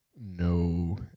no